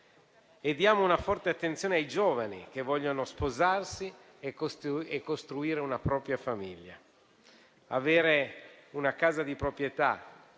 Diamo una forte attenzione ai giovani che vogliono sposarsi e costruire una propria famiglia. Avere una casa di proprietà